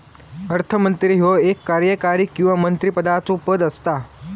अर्थमंत्री ह्यो एक कार्यकारी किंवा मंत्रिमंडळाचो पद असता